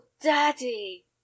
Daddy